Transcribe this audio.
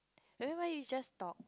nevermind we just talk